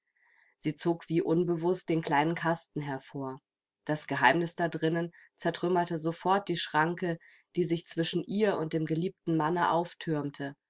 sie zog wie unbewußt den kleinen kasten hervor das geheimnis da drinnen zertrümmerte sofort die schranke die sich zwischen ihr und dem geliebten manne auftürmte